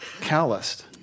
calloused